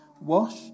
Wash